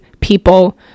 People